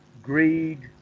greed